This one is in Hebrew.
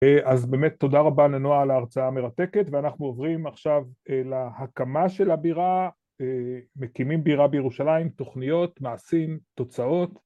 ‫אז באמת תודה רבה לנועה ‫על ההרצאה המרתקת, ‫ואנחנו עוברים עכשיו ‫להקמה של הבירה, ‫מקימים בירה בירושלים, ‫תוכניות, מעשים, תוצאות.